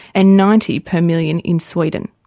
and ninety per million in sweden.